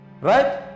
right